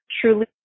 truly